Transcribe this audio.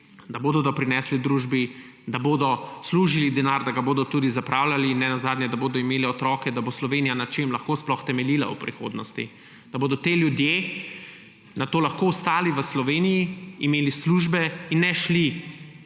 da bodo doprinesli družbi, da bodo služili denar, da ga bodo tudi zapravljali, ne nazadnje da bodo imeli otroke, da bo Slovenija sploh lahko na čem temeljila v prihodnosti. Da bodo ti ljudje nato lahko ostali v Sloveniji, imeli službe in ne